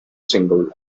single